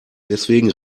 deswegen